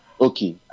Okay